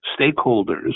stakeholders